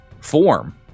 form